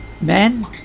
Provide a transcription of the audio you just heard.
Men